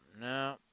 no